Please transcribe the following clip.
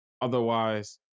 otherwise